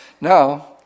now